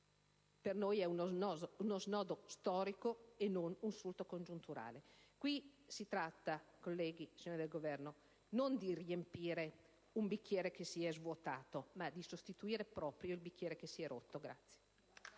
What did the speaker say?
per noi è uno snodo storico e non un sussulto congiunturale. Si tratta, colleghi, signori del Governo, non di riempire un bicchiere che si è svuotato, ma di sostituire il bicchiere che si è rotto.